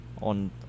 on